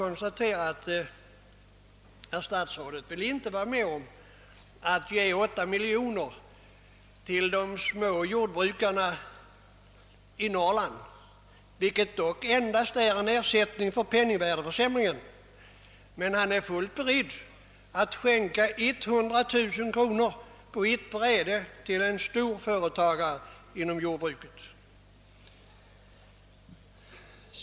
Herr statsrådet vill inte vara med om att ge 8 miljoner till de små jordbrukarna i Norrland, vilket dock endast skulle vara en ersättning för penningvärdeförsämringen. Men han är fullt beredd att skänka 100 000 kronor på ett bräde till en stor företagare inom jordbruket.